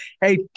Hey